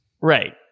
Right